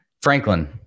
Franklin